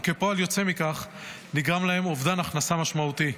וכפועל יוצא מכך נגרם להם אובדן הכנסה משמעותי.